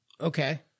Okay